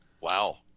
Wow